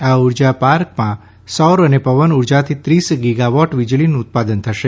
આ ઉર્જા પાર્કમાં સૌર અને પવન ઉર્જાથી ત્રીસ ગીગા વોટ વીજળીનું ઉત્પાદન થશે